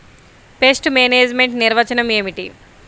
Pest management నిర్వచనం ఏమిటి?